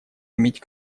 иметь